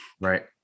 right